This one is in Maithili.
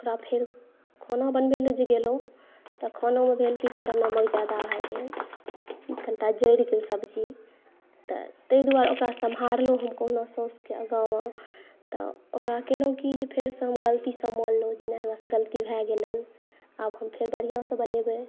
ओकरा फेर खाना बनबै लए जे गेलहुँ तऽ खानामे भेल कनिटा नामक ज़्यादा भए गेल कनिटा जरि गेल सब्ज़ी तऽ तैं दुआरे ओकरा सम्हारलहुॅं हम कहुना साउसके आगाँमे तऽ ओकरा कएलहुॅं की जे फेर सभ गलतीसभ मानलहुँ जे हमरासॅं गलती भए गेलनि आब हम फेर बढ़िआँसे बनेबै